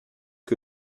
que